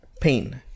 pain